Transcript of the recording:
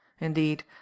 indeed